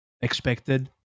expected